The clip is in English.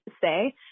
say